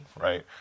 right